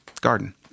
garden